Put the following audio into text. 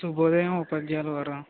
శుభోదయం ఉపాధ్యాయలవారు